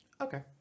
Okay